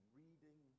reading